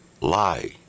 lie